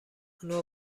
اونو